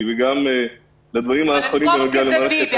וגם לדברים האחרונים בנוגע למערכת החינוך,